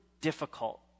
difficult